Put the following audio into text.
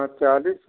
चालीस